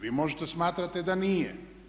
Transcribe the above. Vi možete smatrati da nije.